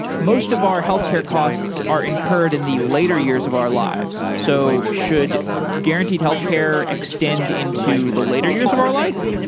most of our healthcare costs are incurred in the later years of our lives, so should guaranteed healthcare extend into the later years of our life?